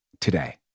today